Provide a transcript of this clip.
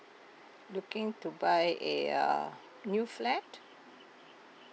looking to buy a uh new flat